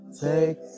take